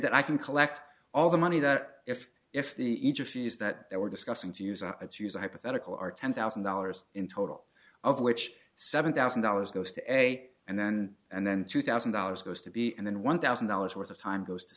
that i can collect all the money that if if the ija fees that they were discussing to use on its use a hypothetical r ten thousand dollars in total of which seven thousand dollars goes to a and then and then two thousand dollars goes to b and then one thousand dollars worth of time goes to